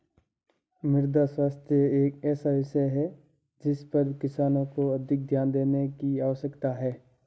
मृदा स्वास्थ्य एक ऐसा विषय है जिस पर किसानों को अधिक ध्यान देने की आवश्यकता है